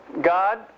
God